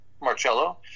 Marcello